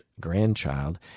grandchild